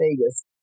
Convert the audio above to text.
Vegas